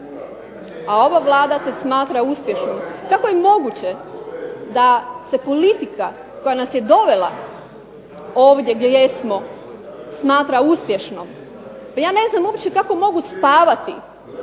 a ova Vlada se smatra uspješnom. Kako je moguće da se politika koja nas je dovela ovdje gdje jesmo smatra uspješnom. Pa ja ne znam uopće kako mogu spavati